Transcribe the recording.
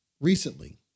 recently